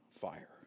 fire